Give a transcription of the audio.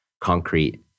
concrete